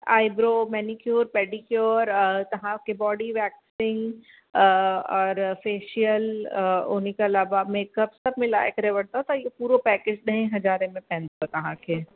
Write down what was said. eyebrow manicure pedicure तव्हां खे body waxing और फ़ेशियल उन खां अलावा मेकअप सभु मिलाए करे वठंदा त इहो पूरो पैकेज ॾह हज़ारे में पईंदो तव्हां खे